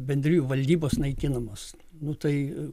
bendrijų valdybos naikinamos nu tai